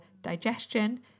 digestion